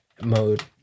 mode